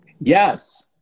Yes